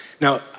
Now